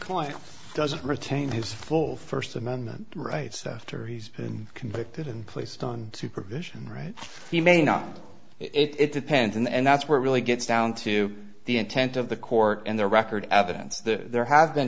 client doesn't retain his full first amendment rights after he's been convicted and placed on supervision right he may not it depends and that's what really gets down to the intent of the court and their record evidence that there have been